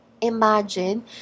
Imagine